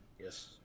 Yes